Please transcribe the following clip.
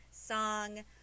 song